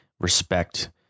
respect